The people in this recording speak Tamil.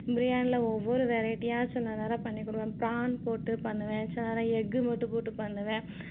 பிரியாணியில் ஒவ்வொரு வெரைட்டியாக சில நேரம் பண்ணிக்கொடுப்பேன் ப்ரான் போட்டு பண்ணுவேன் சில நேரம் எக்கு மட்டும் போட்டு பண்ணுவேன்